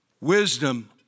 Wisdom